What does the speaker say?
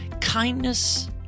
kindness